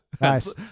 Nice